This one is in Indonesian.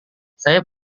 saya